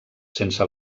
sense